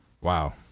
Wow